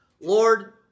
Lord